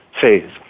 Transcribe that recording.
phase